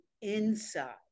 inside